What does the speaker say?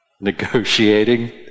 negotiating